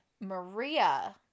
Maria